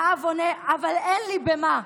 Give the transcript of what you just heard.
והאב עונה: אבל אין לי במה.